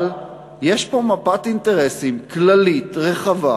אבל יש פה מפת אינטרסים כללית, רחבה,